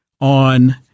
on